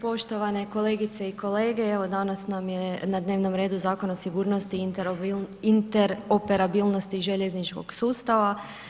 Poštovane kolegice i kolege, evo danas nam je na dnevnom redu Zakon o sigurnosti i interoperabilnosti željezničkog sustava.